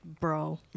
bro